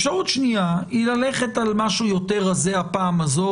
אפשרות שנייה היא ללכת על משהו יותר רזה הפעם הזאת